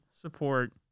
support